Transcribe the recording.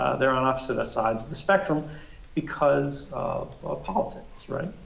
they're on opposite sides of the spectrum because of politics, right?